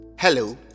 Hello